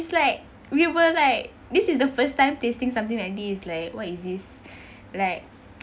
it's like we were like this is the first time tasting something like this like what is this like